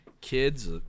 kids